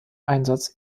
einsatz